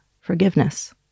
forgiveness